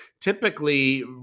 Typically